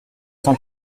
cent